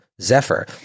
Zephyr